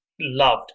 loved